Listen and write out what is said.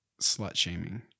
slut-shaming